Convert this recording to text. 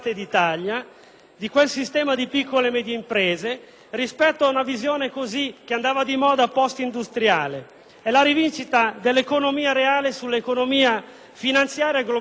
di quel sistema di piccole e medie imprese, rispetto a una visione così, che andava di moda, *post*-industriale; è la rivincita dell'economia reale sull'economia finanziaria e globalizzata.